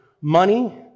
money